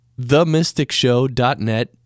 TheMysticShow.net